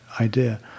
idea